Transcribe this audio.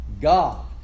God